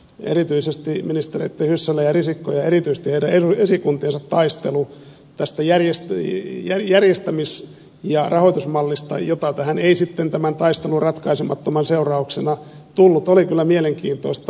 erityisesti ministereitten hyssälä ja risikko ja erityisesti heidän esikuntiensa taistelu tästä järjestämis ja rahoitusmallista jota tähän ei sitten tämän ratkaisemattoman taistelun seurauksena tullut oli kyllä mielenkiintoista